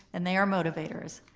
and they are motivators.